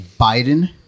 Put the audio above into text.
Biden